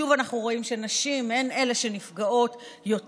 שוב אנחנו רואים שנשים הן אלה שנפגעות יותר.